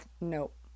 Nope